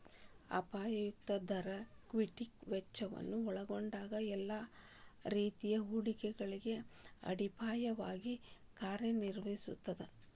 ಅಪಾಯ ಮುಕ್ತ ದರ ಈಕ್ವಿಟಿ ವೆಚ್ಚವನ್ನ ಒಲ್ಗೊಂಡಂಗ ಎಲ್ಲಾ ರೇತಿ ಹೂಡಿಕೆಗಳಿಗೆ ಅಡಿಪಾಯವಾಗಿ ಕಾರ್ಯನಿರ್ವಹಿಸ್ತದ